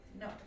No